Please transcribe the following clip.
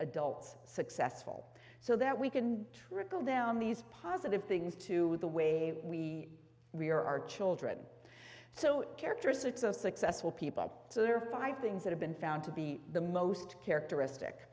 adults successful so that we can trickle down these positive things to the way we rear our children so characteristics of successful people so there are five things that have been found to be the most characteristic